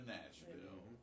Nashville